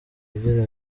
agira